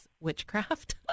witchcraft